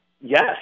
yes